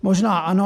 Možná ano.